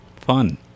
Fun